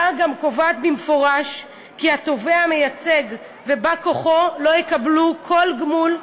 ההצעה קובעת במפורש כי התובע המייצג ובא-כוחו לא יקבלו כל גמול,